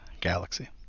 Galaxy